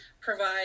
provide